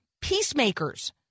peacemakers